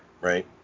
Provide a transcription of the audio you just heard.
Right